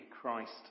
Christ